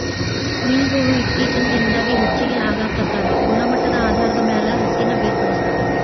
mill ಗೊಳು ಇತ್ತೇಚಿನ ದಿನದಾಗ ಹೆಚಗಿ ಆಗಾಕತ್ತಾವ ಗುಣಮಟ್ಟದ ಆಧಾರದ ಮ್ಯಾಲ ಹತ್ತಿನ ಬೇರ್ಪಡಿಸತಾರ